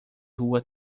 rua